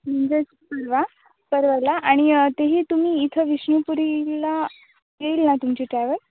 म्हणजेच परवा परवाला आणि तेही तुम्ही इथं विष्णुपुरीला येईल ना तुमची ट्रॅव्हल